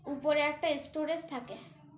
উপরে একটা স্টোরেজ থাকে